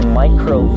micro